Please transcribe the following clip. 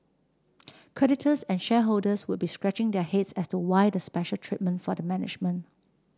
creditors and shareholders would be scratching their heads as to why the special treatment for the management